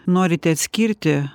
norite atskirti